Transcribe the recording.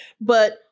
But-